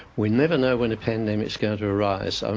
we never know when a pandemic is going to arise. um